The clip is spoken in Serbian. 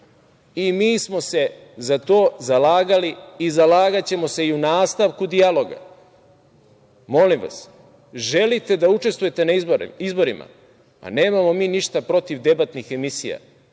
Mi smo se za to zalagali i zalagaćemo se i u nastavku dijaloga. Molim vas, ako želite da učestvujete na izborima, nemamo mi ništa protiv debatnih emisija,